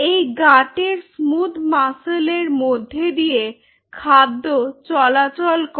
এই গাটের স্মুথ মাসলের মধ্যে দিয়ে খাদ্য চলাচল করে